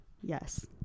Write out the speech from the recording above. Yes